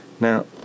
Now